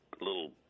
little